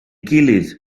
gilydd